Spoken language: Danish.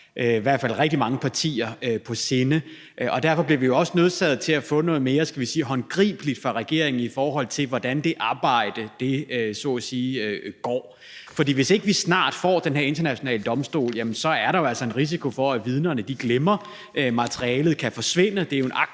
i hvert fald rigtig mange partier på sinde. Derfor bliver vi også nødsaget til at få noget mere håndgribeligt fra regeringen om, hvordan det arbejde så at sige går. For hvis vi ikke snart får den her internationale domstol, er der altså en risiko for, at vidnerne glemmer, og materiale kan forsvinde,